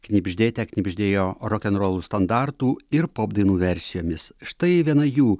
knibždėte knibždėjo rokenrolų standartų ir pop dainų versijomis štai viena jų